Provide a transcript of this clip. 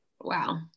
wow